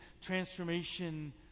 transformation